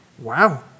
Wow